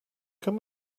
can